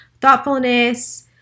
thoughtfulness